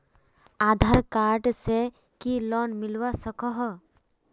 आधार card से की loan मिलवा सकोहो?